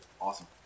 Awesome